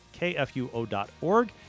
kfuo.org